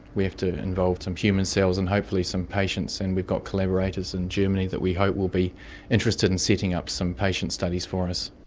we have to involve some human cells and hopefully some patients. and we've got collaborators in germany that we hope will be interested in setting up some patient studies for us.